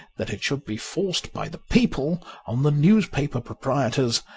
that it should be forced by the people on the newspaper proprietors,